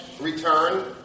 return